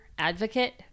Advocate